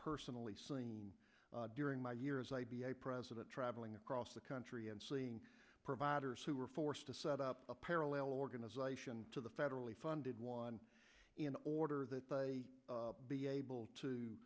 personally seen during my years i'd be a president traveling across the country and seeing providers who are forced to set up a parallel organization to the federally funded one in order that they be able to